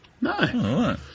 No